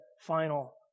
final